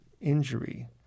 injury